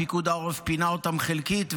פיקוד העורף פינה אותם חלקית,